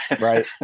right